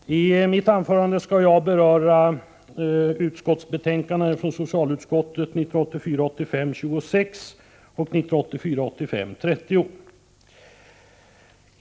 Herr talman! Jag skall i mitt anförande beröra utskottsbetänkandena 1984/85:26 och 30 från socialutskottet.